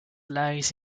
lies